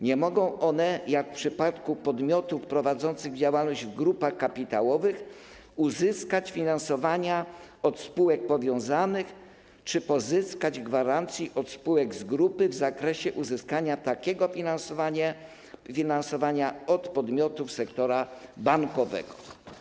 Nie mogą one, jak w przypadku podmiotów prowadzących działalność w grupach kapitałowych, uzyskać finansowania od spółek powiązanych czy pozyskać gwarancji od spółek z grupy w zakresie uzyskania takiego finansowania od podmiotów sektora bankowego.